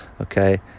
okay